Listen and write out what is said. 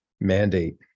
mandate